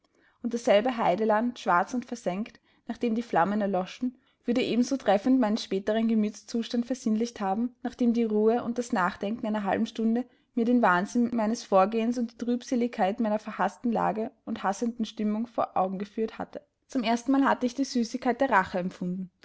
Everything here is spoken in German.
und dasselbe heideland schwarz und versengt nachdem die flammen erloschen würde ebenso treffend meinen späteren gemütszustand versinnlicht haben nachdem die ruhe und das nachdenken einer halben stunde mir den wahnsinn meines vorgehens und die trübseligkeit meiner verhaßten lage und hassenden stimmung vor augen geführt hatte zum erstenmal hatte ich die süßigkeit der rache empfunden